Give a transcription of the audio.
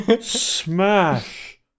smash